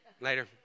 Later